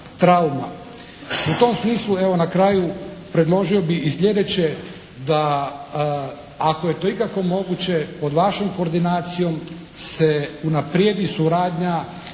U tom smislu evo na kraju predložio bih i sljedeće da, ako je to ikako moguće, pod vašom koordinacijom se unaprijedi suradnja